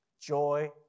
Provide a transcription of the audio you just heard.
joy